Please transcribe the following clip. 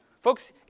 Folks